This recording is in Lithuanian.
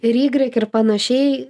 ir ygrek ir panašiai